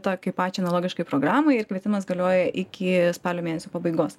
tokiai pačiai analogiškai programai ir kvietimas galioja iki spalio mėnesio pabaigos